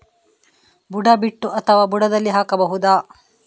ಬುಡ ಬಿಟ್ಟು ಅಥವಾ ಬುಡದಲ್ಲಿ ಹಾಕಬಹುದಾ?